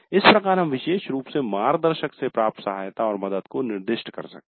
इस प्रकार हम विशेष रूप से मार्गदर्शक से प्राप्त सहायता और मदद को निर्दिष्ट कर सकते हैं